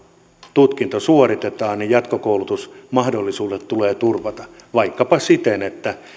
tutkinto suoritetaan jatkokoulutusmahdollisuudet tulee turvata vaikkapa siten että